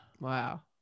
wow